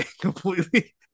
completely